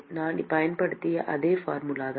நான் பயன்படுத்திய அதே ஃபார்முலாதான்